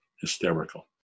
Hysterical